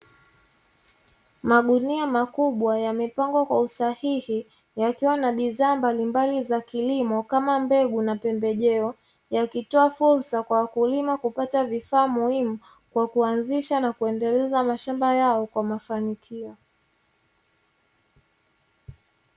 Magunia makubwa yamepangwa kwa usahihi yakiwa na bidhaa mbalimbali za kilimo kama mbegu na pembejeo, yakitoa fursa kwa wakulima kupata vifaa muhimu kwa kuanzisha na kuendeleza mashamba yao kwa mafanikio.